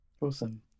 awesome